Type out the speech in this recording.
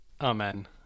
Amen